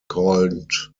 called